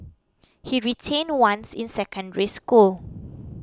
he retained once in Secondary School